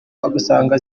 ugasanga